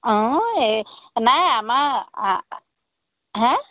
অঁ এই নাই আমাৰ আ হে